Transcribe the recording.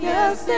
Yes